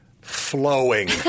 flowing